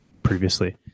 previously